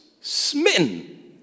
smitten